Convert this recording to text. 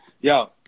Yo